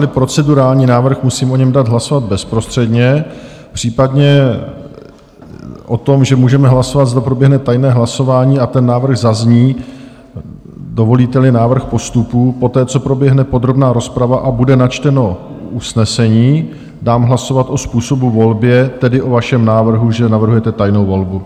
Dáváteli procedurální návrh, musím o něm dát hlasovat bezprostředně, případně o tom, že můžeme hlasovat, zda proběhne tajné hlasování, a ten návrh zazní, dovolíteli návrh postupu, poté, co proběhne podrobná rozprava a bude načteno usnesení, dám hlasovat o způsobu volby, tedy o vašem návrhu, že navrhujete tajnou volbu.